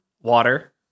water